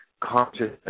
consciousness